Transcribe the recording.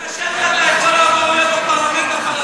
אם כל כך קשה לך אתה יכול לעבור להיות בפרלמנט הפלסטיני.